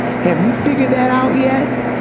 have you figured that out yet?